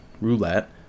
roulette